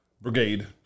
Brigade